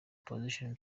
position